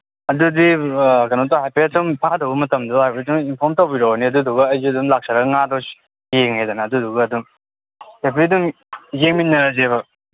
ꯑꯗꯨꯗꯤ ꯀꯩꯅꯣ ꯇꯧ ꯍꯥꯏꯐꯦꯠ ꯁꯨꯝ ꯐꯥꯗꯧꯕ ꯃꯇꯝꯗꯣ ꯍꯥꯏꯐꯦꯠꯇꯪ ꯏꯟꯐꯣꯝ ꯇꯧꯕꯤꯔꯛꯑꯣꯅꯦ ꯑꯗꯨꯗꯨꯒ ꯑꯩꯁꯨ ꯑꯗꯨꯝ ꯂꯥꯛꯆꯔ ꯉꯥꯗꯣ ꯌꯦꯡꯉꯦꯗꯅ ꯑꯗꯨꯗꯨꯒ ꯑꯗꯨꯝ ꯌꯦꯡꯃꯤꯟꯅꯔꯁꯦꯕ